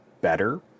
better